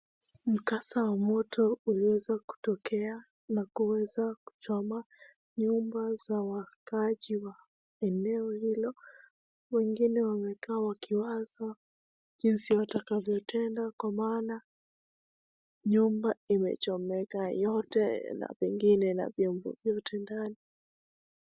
Mkasa wa mto uliweza kutokea na kuweza kuchoma nyumba za wakaaji wa eneo hilo wengine wamekaa wakiwaza jinsi watakavyotenda kwa maana nyumba imechomeka yote na pengine na vyombo vyote ndani